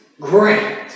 great